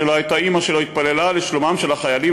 שלא הייתה אימא שלא התפללה לשלומם של החיילים